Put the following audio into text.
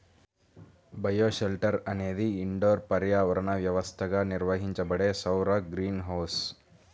bioshelter అనేది indoor పర్యావరణ వ్యవస్థగా నిర్వహించబడే సౌర గ్రీన్ హౌస్